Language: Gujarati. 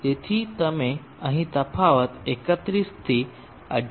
તેથી તમે અહીં તફાવત 31 થી 18